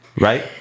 Right